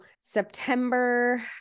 September